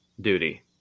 duty